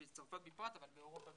בצרפת בפרט, אבל באירופה בכלל.